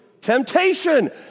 temptation